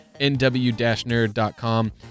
nw-nerd.com